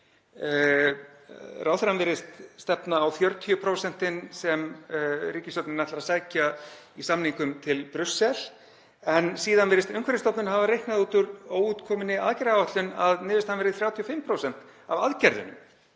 Ráðherrann virðist stefna á 40% sem ríkisstjórnin ætlar að sækja í samningum til Brussel, en síðan virðist Umhverfisstofnun hafa reiknað út úr ókominni aðgerðaáætlun að niðurstaðan verði 35% af aðgerðunum.